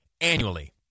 annually